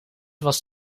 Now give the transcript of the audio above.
was